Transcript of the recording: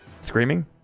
screaming